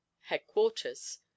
headquarters